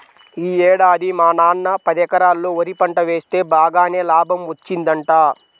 యీ ఏడాది మా నాన్న పదెకరాల్లో వరి పంట వేస్తె బాగానే లాభం వచ్చిందంట